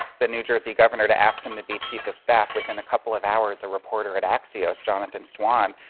the new jersey governor, to ask him to be chief of staff, within a couple of hours, a reporter at axios, jonathan swan,